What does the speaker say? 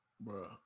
Bro